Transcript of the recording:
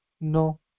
no